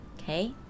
Okay